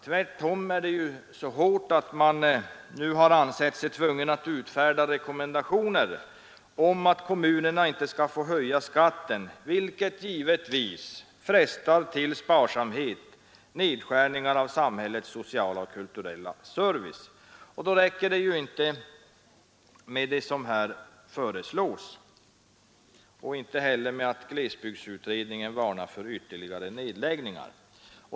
Tvärtom är det så hårt att man nu har ansett sig tvungen att utfärda en rekommendation om att kommunerna inte skall få höja skatten, vilket givetvis frestar till sparsamhet och nedskärningar av samhällets sociala och kulturella service. Då räcker det inte med det som föreslås i utskottets betänkande, och inte heller med glesbygdsutredningens varning för ytterligare nedläggningar.